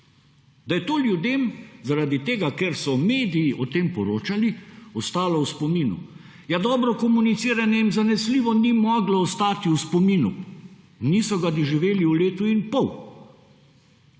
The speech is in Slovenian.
Da je to ljudem zaradi tega, ker so mediji o tem poročali, ostalo v spominu. Ja, dobro komuniciranje jim zanesljivo ni moglo ostati v spominu – niso ga doživeli v letu in pol.